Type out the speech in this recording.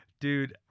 Dude